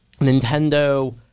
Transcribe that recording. Nintendo